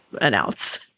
announce